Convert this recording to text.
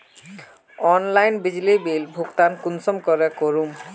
Online बिजली bill भुगतान कुंसम करे करूम?